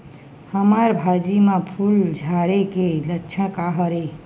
हमर भाजी म फूल झारे के लक्षण का हरय?